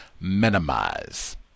minimize